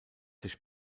sich